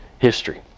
history